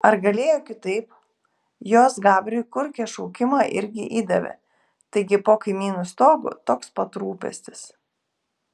ar galėjo kitaip jos gabriui kurkė šaukimą irgi įdavė taigi po kaimynų stogu toks pat rūpestis